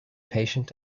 patient